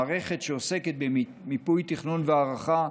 זו מערכת שעוסקת במיפוי, תכנון והערכה,